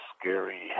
scary